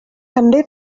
també